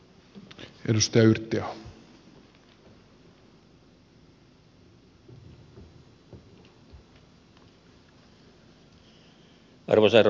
onnittelut ministeri kiurulle